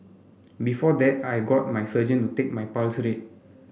before that I got my surgeon to take my pulse rate